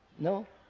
no?